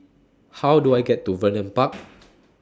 How Do I get to Vernon Park